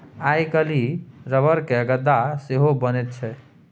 आइ काल्हि रबरक गद्दा सेहो बनैत छै